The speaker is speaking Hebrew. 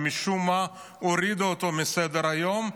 שמשום מה הורידו אותו מסדר-היום,